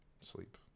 sleep